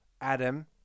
Adam